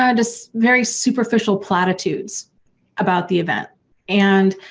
um just very superficial platitudes about the event and